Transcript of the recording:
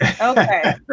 Okay